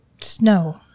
snow